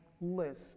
list